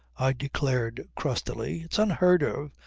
i declared crustily. it's unheard of!